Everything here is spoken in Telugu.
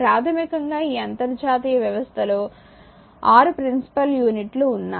ప్రాథమికంగా ఈ అంతర్జాతీయ వ్యవస్థలో 6 ప్రిన్సిపల్ యూనిట్లు ఉన్నాయి